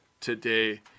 today